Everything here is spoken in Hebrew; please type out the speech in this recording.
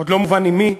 עוד לא מובן עם מי,